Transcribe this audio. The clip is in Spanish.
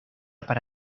para